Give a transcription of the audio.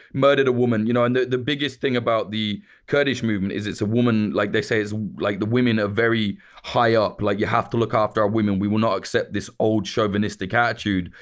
murdered a woman, you know and the the biggest thing about the kurdish movement is it's a woman. like they say like the women are very high up, like you have to look after our women, we will not accept this old chauvinistic attitude,